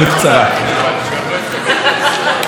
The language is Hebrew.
יש התחייבות של כולם כאן?